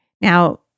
Now